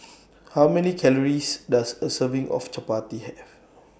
How Many Calories Does A Serving of Chapati Have